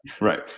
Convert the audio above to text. right